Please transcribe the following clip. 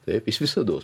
taip jis visados